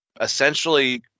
essentially